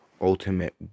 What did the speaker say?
ultimate